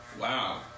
wow